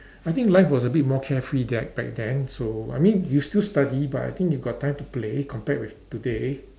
I think life was a bit more carefree there back then so I mean you still study but I think you got time to play compared with today